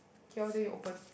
K lor then you open